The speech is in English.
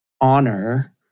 honor